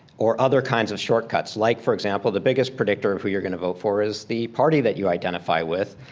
or other kinds of shortcuts. like, for example, the biggest predictor of who you're gonna vote for is the party that you identify with.